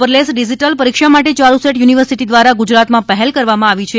paperless digital પરીક્ષા માટે યારૂસેટ યુનિવર્સિટી દ્વારા ગુજરાતમાં પહેલ કરવામાં આવી છે